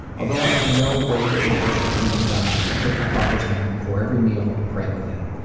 although i am in no way religious or believe in god, i take my father's hand before every meal and pray with him.